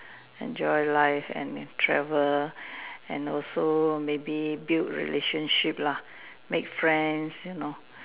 enjoy life and travel and also maybe build relationship lah make friends you know